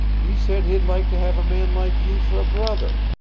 he said he'd like to have a man like you for a brother.